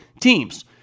teams